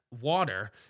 water